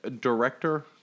Director